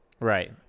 Right